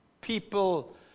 people